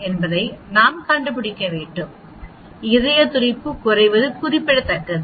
என்பதை நாம் கண்டுபிடிக்க வேண்டும் இதய துடிப்பு குறைவது குறிப்பிடத்தக்கது